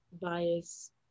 bias